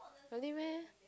really meh